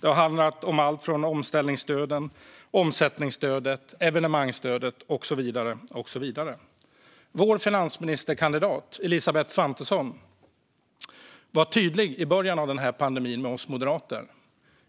Det har handlat om alltifrån omställningsstöd till omsättningsstöd, evenemangsstöd och så vidare. Vår finansministerkandidat Elisabeth Svantesson var tydlig med oss moderater i början av den här pandemin: